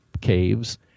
caves